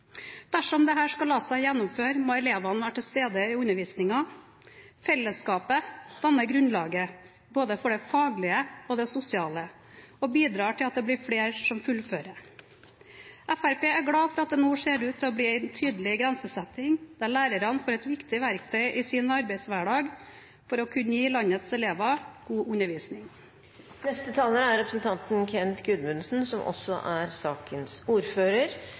Dersom dette skal la seg gjennomføre, må elevene være til stede i undervisningen. Fellesskapet danner grunnlaget for både det faglige og det sosiale og bidrar til at det blir flere som fullfører. Fremskrittspartiet er glad for at det nå ser ut til å bli en tydelig grensesetting, der lærerne får et viktig verktøy i sin arbeidshverdag for å kunne gi landets elever god undervisning. Etter å ha hørt denne debatten, der man har forsøkt å framstille det som